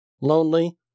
lonely